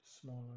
smaller